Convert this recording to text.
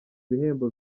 ibihembo